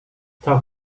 thou